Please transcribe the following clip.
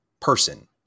person